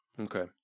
Okay